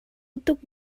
tuk